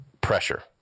pressure